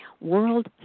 World